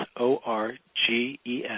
O-R-G-E-N